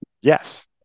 Yes